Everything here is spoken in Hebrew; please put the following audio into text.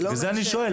לכן אני שואל,